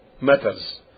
matters